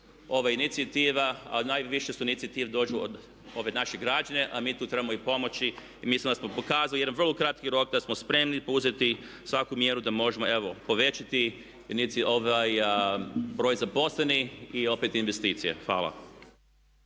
ove inicijative a najviše inicijative dođu od ovih naših građana a mi tu trebamo i pomoći i mislim da smo pokazali jedan vrlo kratki rok da smo spremni poduzeti svaku mjeru da možemo evo povećati broj zaposlenih i opet investicija. Hvala.